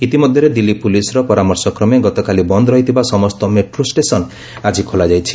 ଇତିମଧ୍ୟରେ ଦିଲ୍ଲୀ ପୋଲିସ୍ର ପରାମର୍ଶକ୍ରମେ ଗତକାଲି ବନ୍ଦ ରହିଥିବା ସମସ୍ତ ମେଟ୍ରୋ ଷ୍ଟେସନ୍ ଆଜି ଖୋଲାଯାଇଛି